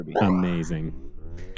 amazing